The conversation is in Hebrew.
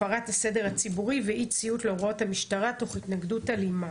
הפרת הסדר הציבורי ואי ציות להוראות המשטרה תוך התנגדות אלימה.